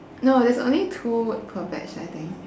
no there's only two per batch I think